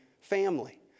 family